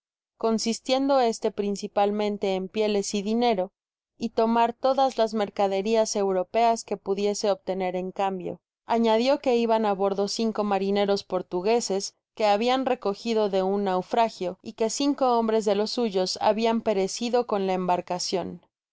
consistiendo este principalmente en pieles y dinero y tomar todas las mercaderías europeas que pudiese obtener en cambio añadió que iban á bordo cinco marineros portugueses que habian recogido de un naufragio y que cinco hombres de los suyos habian perecido con la embarcacion